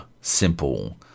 simple